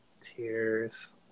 tears